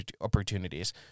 opportunities